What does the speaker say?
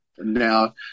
Now